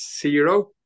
zero